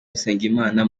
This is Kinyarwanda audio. usengimana